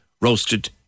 roasted